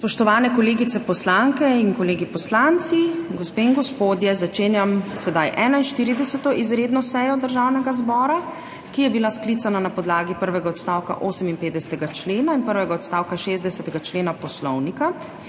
Spoštovani kolegice poslanke in kolegi poslanci, gospe in gospodje! Začenjam 41. izredno sejo Državnega zbora, ki je bila sklicana na podlagi prvega odstavka 58. člena in prvega odstavka 60. člena Poslovnik.